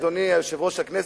אדוני יושב-ראש הכנסת,